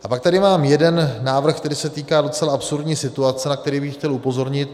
A pak tady mám jeden návrh, který se týká docela absurdní situace, na který bych chtěl upozornit.